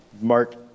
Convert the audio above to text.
Mark